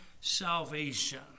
salvation